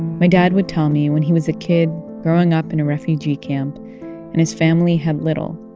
my dad would tell me when he was a kid growing up in a refugee camp and his family had little,